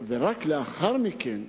ורק לאחר מכן,